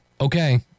Okay